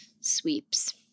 sweeps